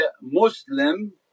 Muslim